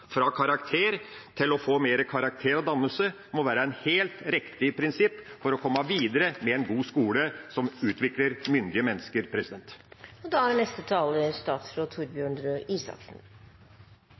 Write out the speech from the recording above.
fra karakter til å få mer karakter og dannelse, må være et helt riktig prinsipp for å komme videre med en god skole som utvikler myndige mennesker.